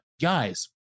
guys